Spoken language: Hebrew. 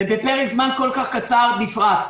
ובפרק זמן כל כך קצר בפרט.